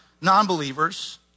non-believers